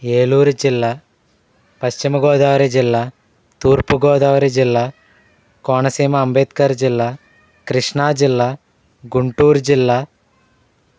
ఏలూరు జిల్లా పశ్చిమగోదావరి జిల్లా తూర్పుగోదావరి జిల్లా కోనసీమ అంబేద్కర్ జిల్లా కృష్ణా జిల్లా గుంటూరు జిల్లా